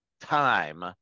time –